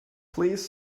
please